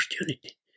opportunity